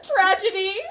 Tragedy